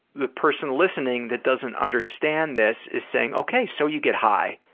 the person listening that doesn't understand this is saying, okay, so you get high?